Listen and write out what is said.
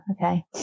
okay